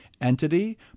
entity